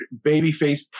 babyface